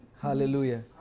Hallelujah